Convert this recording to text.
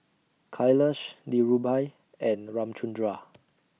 Kailash Dhirubhai and Ramchundra